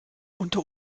unter